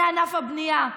ענף הבנייה,